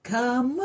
Come